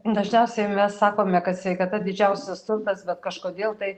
dažniausiai mes sakome kad sveikata didžiausias turtas bet kažkodėl tai